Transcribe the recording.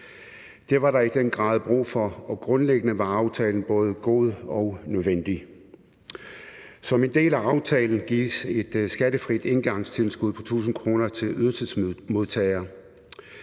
Det var der i den grad brug for, og grundlæggende var aftalen både god og nødvendig. Som en del af aftalen gives et skattefrit engangstilskud på 1.000 kr. til ydelsesmodtagere.